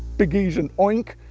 piggies and oink,